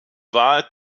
war